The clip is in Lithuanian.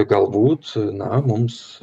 galbūt na mums